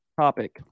topic